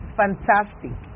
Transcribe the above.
fantastic